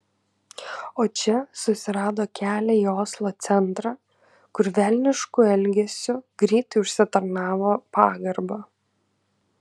o čia susirado kelią į oslo centrą kur velnišku elgesiu greitai užsitarnavo pagarbą